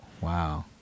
Wow